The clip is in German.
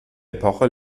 epoche